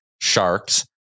Sharks